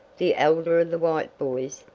the elder of the white boys,